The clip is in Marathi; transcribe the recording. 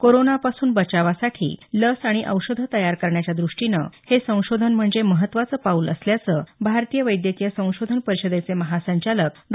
कोरोनापासून बचावासाठी लस आणि औषधं तयार करण्याच्या दृष्टीनं हे संशोधन म्हणजे महत्वाचं पाऊल असल्याचं भारतीय वैद्यकीय संशोधन परिषदेचे महासंचालक डॉ